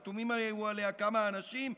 שהיו חתומים עליה כמה אנשים,